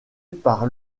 par